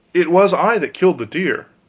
it was i that killed the deer!